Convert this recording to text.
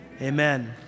amen